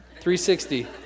360